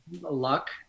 luck